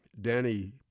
Danny